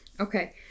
okay